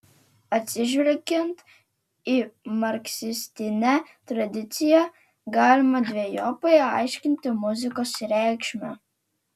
atsižvelgiant į marksistinę tradiciją galima dvejopai aiškinti muzikos reikšmę